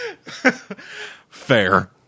Fair